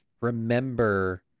remember